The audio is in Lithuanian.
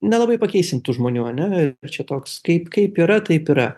nelabai pakeisim tų žmonių ane čia toks kaip kaip yra taip yra